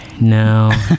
No